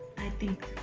i think